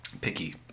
picky